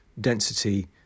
density